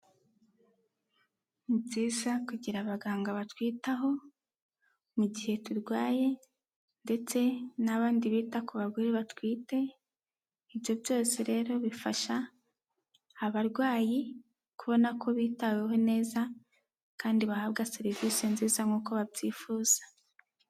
Ni byiza kugira abaganga batwitaho mu gihe turwaye ndetse n'abandi bita ku bagore batwite, ibyo byose rero bifasha abarwayi kubona ko bitaweho neza kandi bahabwa serivisi nziza nk'uko babyifuza.